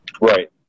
Right